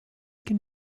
can